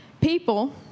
People